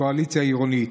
בקואליציה העירונית.